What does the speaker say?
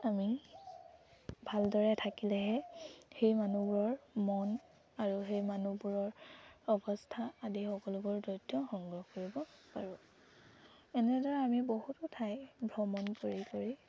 আমি ভালদৰে থাকিলেহে সেই মানুহবোৰৰ মন আৰু সেই মানুহবোৰৰ অৱস্থা আদি সকলোবোৰ তথ্য সংগ্ৰহ কৰিব পাৰোঁ এনেদৰে আমি বহুতো ঠাই ভ্ৰমণ কৰি কৰি